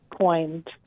coined